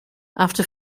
after